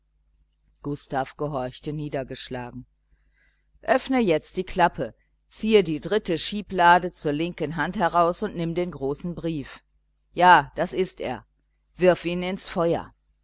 gustav gehorchte niedergeschlagen offne jetzt die klappe ziehe die dritte schieblade zur linken hand heraus und nimm den großen brief ja das ist er wirf ihn ins feuer